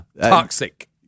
toxic